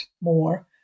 more